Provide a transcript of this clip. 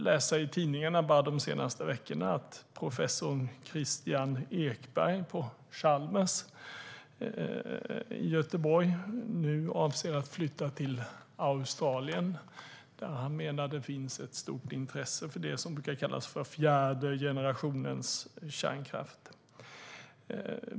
Man kunde således bara de senaste veckorna läsa i tidningarna att professor Christian Ekberg på Chalmers i Göteborg nu avser att flytta till Australien där han menar finns ett stort intresse för det som brukar kallas för fjärde generationens kärnkraft.